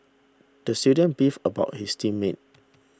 the student beefed about his team mates